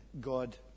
God